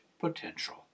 potential